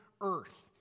earth